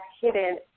hidden